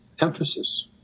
emphasis